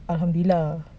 alhamdulilah